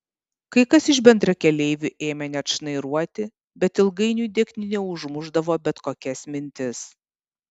kai kas iš bendrakeleivių ėmė net šnairuoti bet ilgainiui degtinė užmušdavo bet kokias mintis